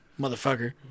motherfucker